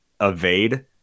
evade